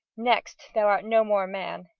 next thou art no more man.